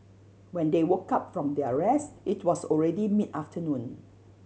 when they woke up from their rest it was already mid afternoon